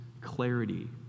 clarity